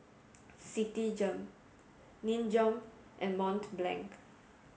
Citigem Nin Jiom and Mont Blanc